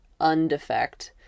undefect